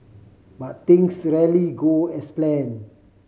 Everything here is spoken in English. but things rarely go as planned